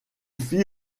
fit